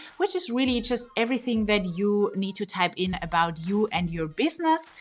which is really just everything that you need to type in about you and your business.